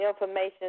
information